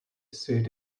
seat